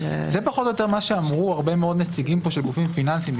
זה פחות או יותר מה שאמרו הרבה מאוד נציגים פה של גופים פיננסיים,